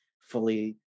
fully